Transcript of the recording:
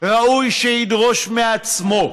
ראוי שידרוש מעצמו.